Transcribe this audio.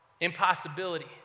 Impossibility